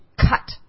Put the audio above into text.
cut